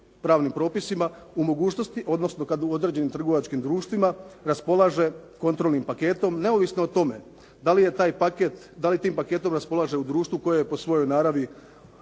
pravnim propisima u mogućnosti odnosno kad u određenim trgovačkim društvima raspolaže kontrolnim paketom neovisno o tome da li tim paketom raspolaže u društvu koje je po svojoj naravi